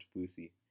pussy